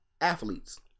athletes